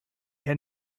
had